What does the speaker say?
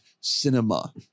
cinema